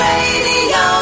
Radio